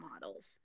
models